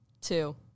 Two